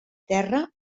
terra